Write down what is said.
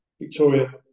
Victoria